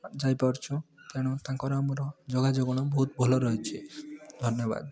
ଯାଇପାରୁଛୁ ତେଣୁ ତାଙ୍କର ଆମର ଯୋଗାଯୋଗ ବହୁତ ଭଲ ରହିଛି ଧନ୍ୟବାଦ